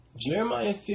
Jeremiah